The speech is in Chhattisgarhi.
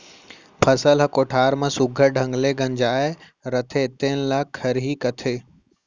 फसल ह कोठार म सुग्घर ढंग ले गंजाय रथे तेने ल खरही कथें